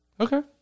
Okay